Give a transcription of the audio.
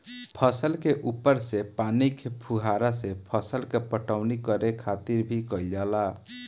फसल के ऊपर से पानी के फुहारा से फसल के पटवनी करे खातिर भी कईल जाला